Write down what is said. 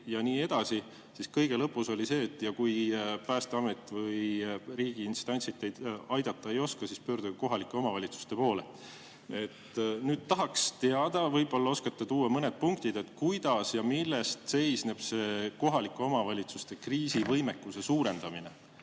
ja nii edasi, ja kõige lõpus oli see: kui Päästeamet või riigiinstantsid teid aidata ei oska, siis pöörduge kohalike omavalitsuste poole. Nüüd tahaks teada, võib-olla oskate tuua välja mõned punktid, kuidas [toimub] ja milles seisneb see kohalike omavalitsuste kriisivõimekuse suurendamine.